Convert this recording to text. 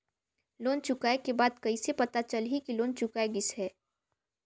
Loan चुकाय के बाद कइसे पता चलही कि लोन चुकाय गिस है?